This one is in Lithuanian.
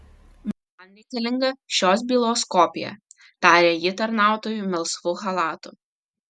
man reikalinga šios bylos kopija tarė ji tarnautojui melsvu chalatu